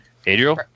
Adriel